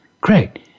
Great